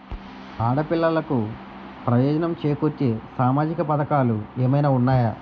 ఆడపిల్లలకు ప్రయోజనం చేకూర్చే సామాజిక పథకాలు ఏమైనా ఉన్నాయా?